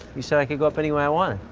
you said i could go up any way i wanted.